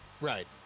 right